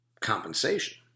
compensation